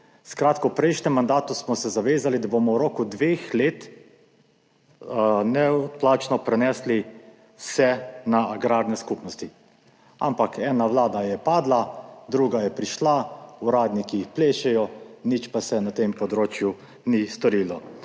Skratka, v prejšnjem mandatu smo se zavezali, da bomo v roku dveh let neodplačno prenesli vse na agrarne skupnosti, ampak ena vlada je padla, druga je prišla, uradniki plešejo, nič pa se na tem področju ni storilo.